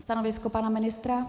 Stanovisko pana ministra?